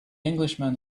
englishman